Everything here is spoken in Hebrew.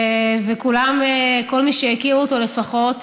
וכל מי שהכיר אותו, לפחות,